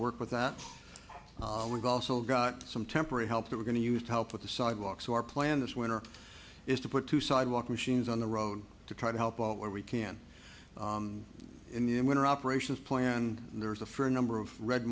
work with that we've also got some temporary help that we're going to use to help with the sidewalk so our plan this winter is to put two sidewalk machines on the road to try to help out where we can in the in winter operations plan and there's a fair number of red